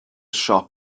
siop